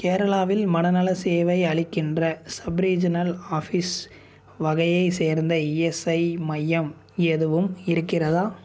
கேரளாவில் மனநலச் சேவை அளிக்கின்ற சப் ரீஜினல் ஆஃபீஸ் வகையைச் சேர்ந்த இஎஸ்ஐ மையம் எதுவும் இருக்கிறதா